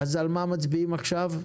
על מה מצביעים עכשיו?